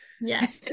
Yes